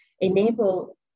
enable